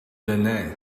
benin